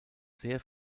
sehr